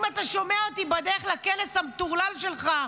אם אתה שומע אותי בדרך לכנס המטורלל שלך,